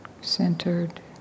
Centered